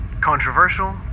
Controversial